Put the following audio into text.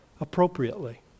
Appropriately